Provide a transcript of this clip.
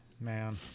man